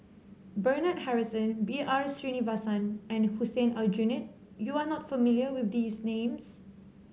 Bernard Harrison B R Sreenivasan and Hussein Aljunied you are not familiar with these names